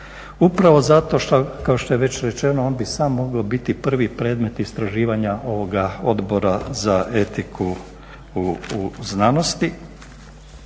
upravo zato što kao što je već rečeno on bi sam mogao biti prvi predmet istraživanja ovoga Odbora za etiku u znanosti.